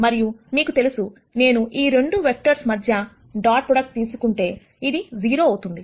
మరియు మీకు తెలుసు నేను ఈ 2 వెక్టర్స్ మధ్య డాట్ ప్రొడక్ట్ తీసుకుంటే ఇది 0 అవుతుంది